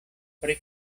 pri